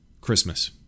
Christmas